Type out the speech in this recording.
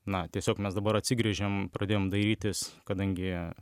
na tiesiog mes dabar atsigręžėm pradėjom dairytis kadangi